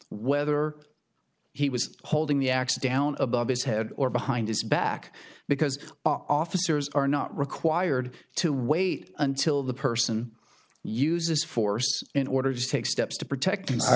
whether he was holding the axe down above his head or behind his back because officers are not required to wait until the person uses force in order to take steps to protect